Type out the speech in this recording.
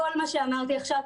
כל מה שאמרתי עכשיו,